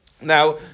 Now